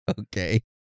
Okay